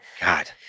God